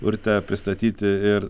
urte pristatyti ir